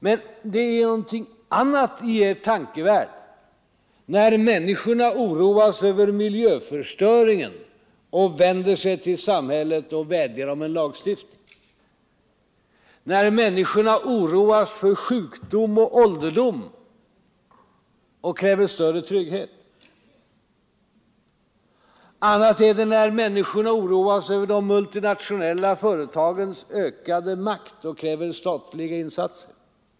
Men det är någonting annat i er tankevärld, när människorna oroas över miljöförstöringen och vänder sig till samhället och vädjar om en lagstiftning, när människorna oroas för sjukdom och ålderdom och kräver större trygghet. Annat är det när människorna oroas över de multinationella företagens ökade makt och kräver statliga insatser.